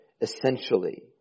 essentially